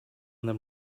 them